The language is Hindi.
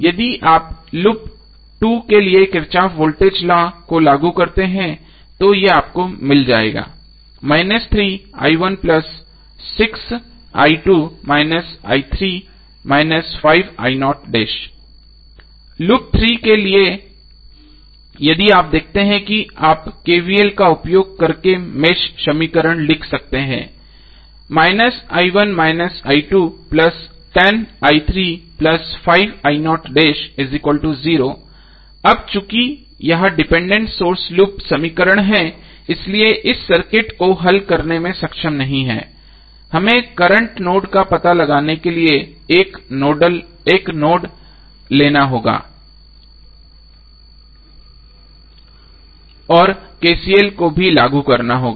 यदि आप लूप 2 के लिए किरचॉफ वोल्टेज लॉ को लागू करते हैं तो ये आपको मिल जायेगा लूप 3 के लिए यदि आप देखते हैं कि आप KVL का उपयोग करके मैश समीकरण लिख सकते हैं अब चूंकि यह डिपेंडेंट सोर्स लूप समीकरण है इसलिए इस सर्किट को हल करने में सक्षम नहीं है हमें करंट नोड्स का पता लगाने के लिए एक नोड लेना होगा और KCL को भी लागू करना होगा